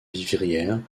vivrières